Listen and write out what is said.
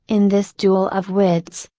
in this duel of wits,